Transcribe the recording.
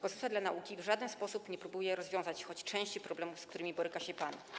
Konstytucja dla nauki w żaden sposób nie próbuje rozwiązać choć części problemów, z którymi boryka się PAN.